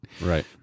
Right